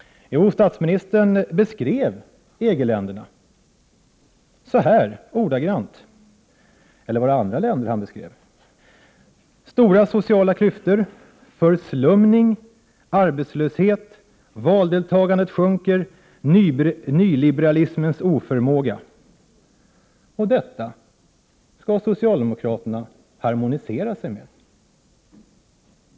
Jo, han beskrev EG-länderna-— eller var det andra länder han beskrev? — så här: stora sociala klyftor, förslumning, arbetslöshet, valdeltagandet sjunker, nyliberalismens oförmåga. Detta skall socialdemokraterna harmonisera sig med.